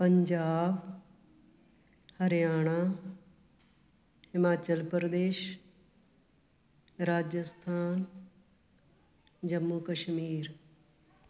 Punjab Haryana Himachal Pradesh Rajasthan Jammu Kashmir